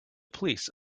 police